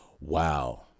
wow